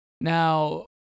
Now